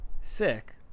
Sick